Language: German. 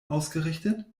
ausgerichtet